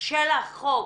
של החוק